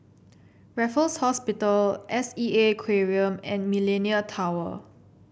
Raffles Hospital S E A Aquarium and Millenia Tower